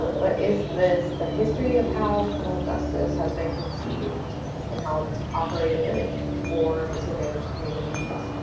um but is this the history of how criminal justice has been conceived and how it operated for disadvantaged communities,